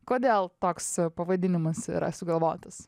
kodėl toks pavadinimas yra sugalvotas